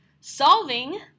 solving